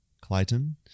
Clayton